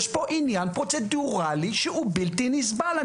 יש פה עניין פרוצדורלי שהוא בלתי נסבל.